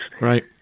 Right